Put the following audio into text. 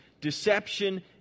deception